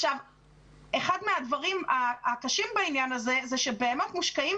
אחד הדברים הקשים בעניין הזה הוא שבאמת מושקעים